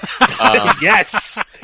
Yes